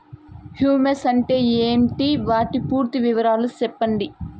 Humus అంటే ఏంటి? వాటి పూర్తి వివరాలు సెప్పండి?